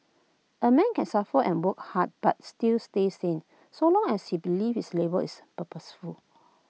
A man can suffer and work hard but still stay sane so long as he believes his labour is purposeful